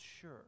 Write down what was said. sure